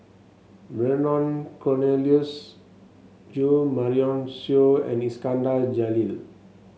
Vernon Cornelius Jo Marion Seow and Iskandar Jalil